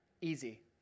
easy